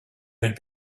had